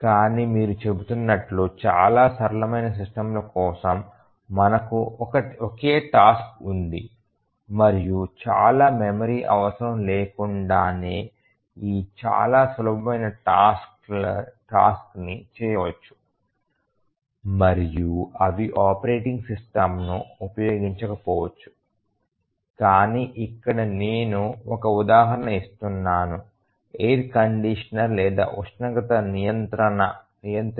కానీ మీరు చెబుతున్నట్లు చాలా సరళమైన సిస్టమ్ ల కోసం మనకు ఒకే టాస్క్ ఉంది మరియు చాలా మెమరీ అవసరం లేకుండానే ఈ చాలా సులభమైన టాస్క్ని చేయవచ్చు మరియు అవి ఆపరేటింగ్ సిస్టమ్ను ఉపయోగించకపోవచ్చు కానీ ఇక్కడ నేను ఒక ఉదాహరణ ఇస్తున్నాను ఎయిర్ కండీషనర్ లేదా ఉష్ణోగ్రత నియంత్రిక